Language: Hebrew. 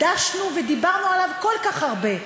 דשנו ודיברנו עליו כל כך הרבה.